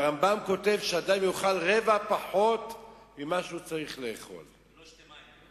הרמב"ם כותב שאדם יאכל רבע פחות ממה שהוא צריך לאכול ולא ישתה מים.